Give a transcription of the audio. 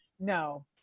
no